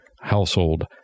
household